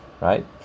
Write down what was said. right